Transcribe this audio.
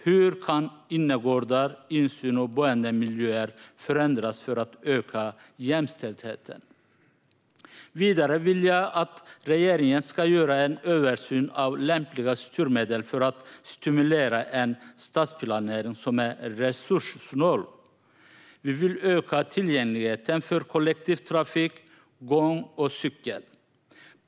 Hur kan innergårdar, insyn och boendemiljöer förändras för att öka jämställdheten? Vidare vill jag att regeringen ska göra en översyn av lämpliga styrmedel för att stimulera en stadsplanering som är resurssnål. Vi vill öka tillgängligheten för kollektivtrafik, gång och cykel.